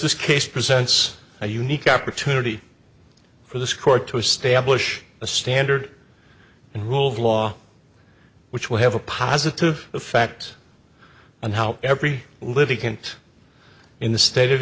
this case presents a unique opportunity for this court to establish a standard and rule of law which will have a positive effect on how every living can't in the state of